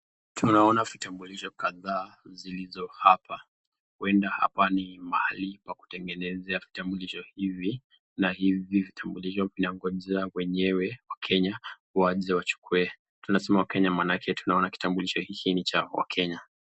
Tunaona vitambulisho kadhaa zilizo hapa, huenda hapa ni mahali pa kutengenezea vitambulisho hivi, na hivi vitambulisho vinangoja wenyewe wakenya waje wachukue. Tunsema wakenya maanake tunaona kitambulisho hiki ni cha wakenya